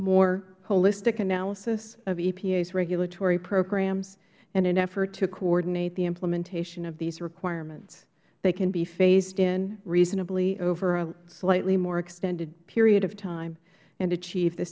more holistic analysis of epa's regulatory programs in an effort to coordinate the implementation of these requirements that can be phased in reasonably over a slightly more extended period of time and achieve the